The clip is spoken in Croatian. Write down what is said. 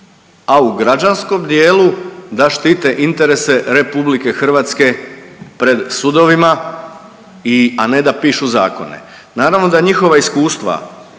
a u građanskom dijelu da štite interese RH pred sudovima i, a ne da pišu zakone. Naravno da njihova iskustva